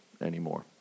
anymore